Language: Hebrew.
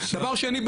דבר שני,